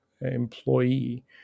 employee